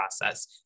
process